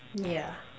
ya